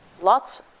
lots